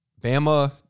Bama